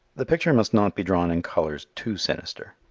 the picture must not be drawn in colors too sinister.